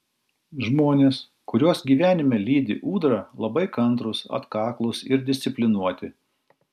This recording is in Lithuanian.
žmonės kuriuos gyvenime lydi ūdra labai kantrūs atkaklūs ir disciplinuoti